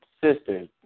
sisters